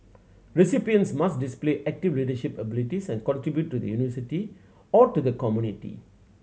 recipients must display active leadership abilities and contribute to the University or to the community